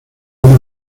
una